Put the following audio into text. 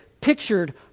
pictured